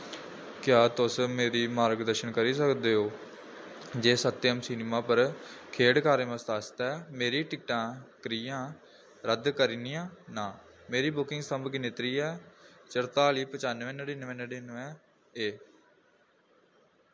क्या तुस मेरी मार्गदर्शन करी सकदे ओ जे सत्यम सिनेमा पर खेढ कार्यक्रम आस्तै मेरी टिकटां कि'यां रद्द करनियां न मेरी बुकिंग संदर्भ गिनतरी ऐ चरताली पचानुऐ नड़िनुऐ नड़िनुऐ ऐ